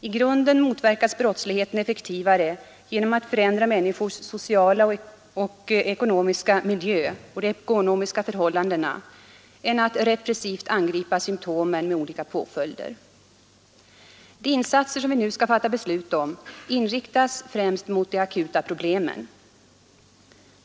I grunden motverkas brottsligheten effektivare genom att man förändrar människors sociala och ekonomiska miljö och de ekonomiska förhållandena än genom att man repressivt angriper symtomen med olika påföljder. De insatser som vi nu skall fatta beslut om inriktas främst mot de akuta problemen.